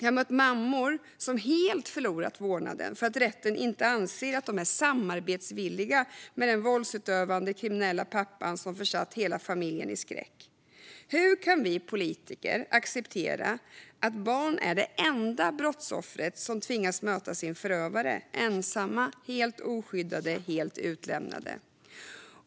Jag har mött mammor som helt förlorat vårdnaden för att rätten inte anser att de är samarbetsvilliga med den våldsutövande kriminella pappan som försatt hela familjen i skräck. Hur kan vi politiker acceptera att barn är de enda brottsoffer som tvingas möta sin förövare ensamma, helt oskyddade, helt utlämnade?